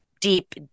deep